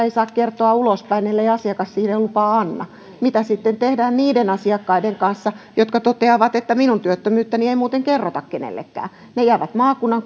ei saa kertoa ulospäin ellei asiakas siihen lupaa anna mitä sitten tehdään niiden asiakkaiden kanssa jotka toteavat että minun työttömyyttäni ei muuten kerrota kenellekään ne jäävät maakunnan